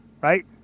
right